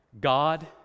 God